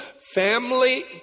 family